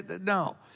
no